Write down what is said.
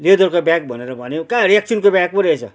लेदरको ब्याग भनेर भन्यौ कहाँ रेक्सनको ब्याग पो रहेछ